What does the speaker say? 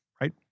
right